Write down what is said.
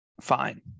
fine